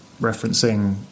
referencing